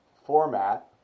format